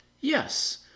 Yes